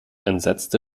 entsetzte